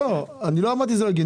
לא אמרתי שזה לא הגיוני.